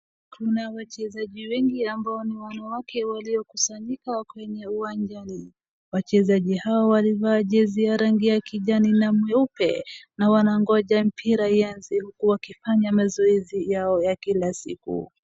Kuna wachezaji wengi ambao ni wanawake waliokusanyika kwenye uwanja huu. Wachezaji hawa walivaa jezi ya rangi ya kijani na nyeupe na wanagonja mpira iaze uku wakifanya mazoezi yao ya kila siku.